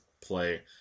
play